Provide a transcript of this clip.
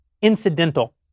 incidental